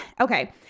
okay